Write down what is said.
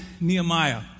Nehemiah